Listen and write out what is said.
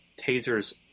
tasers